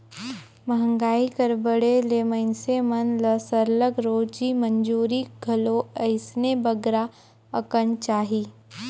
मंहगाई कर बढ़े ले मइनसे मन ल सरलग रोजी मंजूरी घलो अइसने बगरा अकन चाही